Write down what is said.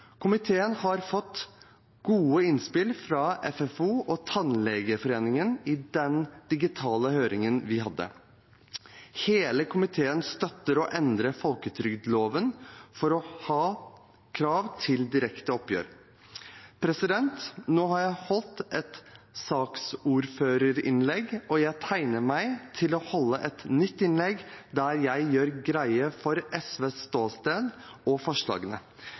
Komiteen har fått gode innspill fra FFO og Tannlegeforeningen i den digitale høringen vi hadde. Hele komiteen støtter å endre folketrygdloven for å ha krav til direkte oppgjør. Nå har jeg holdt et saksordførerinnlegg, og jeg tegner meg til et nytt innlegg der jeg gjør greie for SVs ståsted.